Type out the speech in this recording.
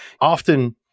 often